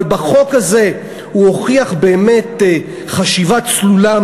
אבל בחוק הזה הוא הוכיח באמת חשיבה צלולה,